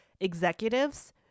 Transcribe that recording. executives